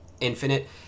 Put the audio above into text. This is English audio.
infinite